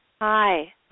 Hi